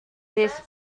this